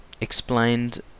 explained